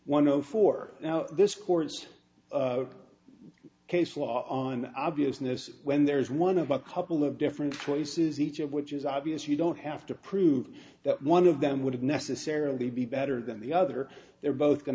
one know for now this court case law on obviousness when there's one of a couple of different choices each of which is obvious you don't have to prove that one of them would necessarily be better than the other they're both going